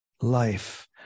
life